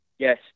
Yes